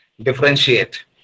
differentiate